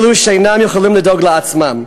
אלו שאינם יכולים לדאוג לעצמם.